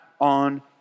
on